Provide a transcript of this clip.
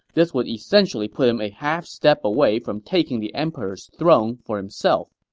this would essentially put him a half step away from taking the emperor's throne for himself.